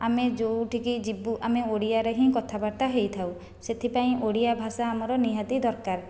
ଆମେ ଯେଉଁଠିକି ଯିବୁ ଆମେ ଓଡ଼ିଆରେ ହିଁ କଥାବାର୍ତ୍ତା ହୋଇଥାଉ ସେଥିପାଇଁ ଓଡ଼ିଆ ଭାଷା ଆମର ନିହାତି ଦରକାର